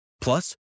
Plus